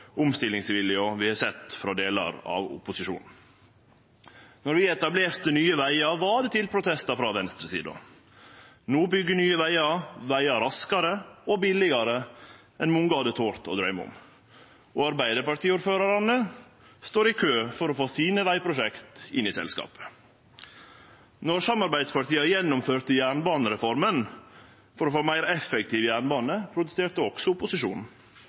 omstillingsviljen vi har sett i delar av opposisjonen. Då vi etablerte Nye Veier, var det til protestar frå venstresida. No byggjer dei vegar raskare og billegare enn mange hadde tort drøyme om, og Arbeidarparti-ordførarane står i kø for å få sine vegprosjekt inn i selskapet. Då samarbeidspartia gjennomførte jernbanereforma for å få ei meir effektiv jernbane, protesterte også opposisjonen.